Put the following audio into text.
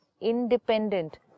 independent